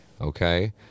okay